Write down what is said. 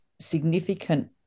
significant